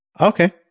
Okay